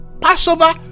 Passover